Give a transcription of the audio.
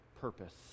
purpose